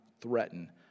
threaten